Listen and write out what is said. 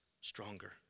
stronger